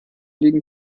liegen